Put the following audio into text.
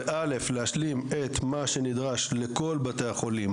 זה להשלים את כל מה שנדרש לכל בתי החולים,